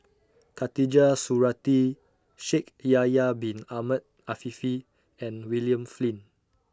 Khatijah Surattee Shaikh Yahya Bin Ahmed Afifi and William Flint